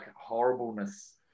horribleness